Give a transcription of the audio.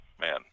Man